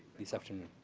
this afternoon.